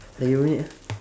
lagi berapa minit ah